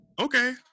Okay